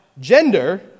gender